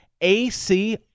AC